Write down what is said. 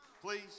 Please